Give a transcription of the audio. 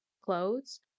clothes